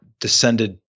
descended